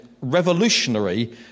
revolutionary